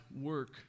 work